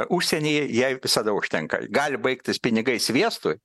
užsienyje jai visada užtenka gali baigtis pinigai sviestui